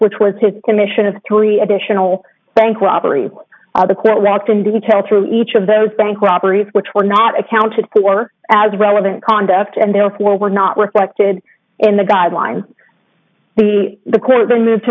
which was his commission of three additional bank robbery the court walked in detail through each of those bank robberies which were not accounted for as relevant conduct and therefore were not reflected in the guidelines we the quote then move